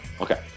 okay